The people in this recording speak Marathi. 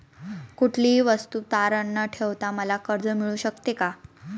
कुठलीही वस्तू तारण न ठेवता मला कर्ज मिळू शकते का?